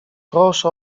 proszę